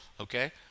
okay